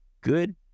good